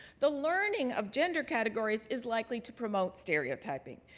the learning of gender categories is likely to promote stereotyping.